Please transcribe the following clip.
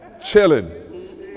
chilling